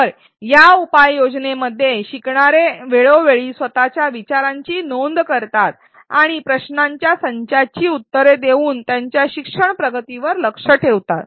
तर या उपयोजनेमध्ये शिकणारे वेळोवेळी स्वतःच्या विचारांची नोंद करतात आणि प्रश्नांच्या संचाची उत्तरे देऊन त्यांच्या शिक्षण प्रगतीवर लक्ष ठेवतात